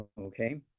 okay